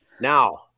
now